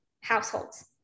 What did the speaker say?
households